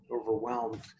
overwhelmed